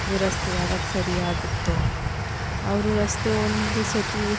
ಇದು ರಸ್ತೆ ಯಾವಾಗ ಸರಿ ಆಗುತ್ತೊ ಅವರು ರಸ್ತೆ ಒಂದು ಸತಿ